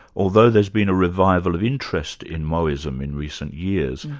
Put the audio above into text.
although there's been a revival of interest in moism in recent years,